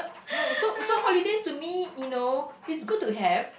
no so so holidays to me you know it's good to have